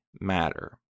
matter